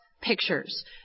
pictures